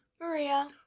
Maria